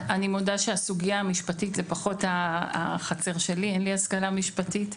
הסוגיה המשפטית - אני מודה שאין לי השכלה משפטית.